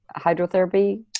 hydrotherapy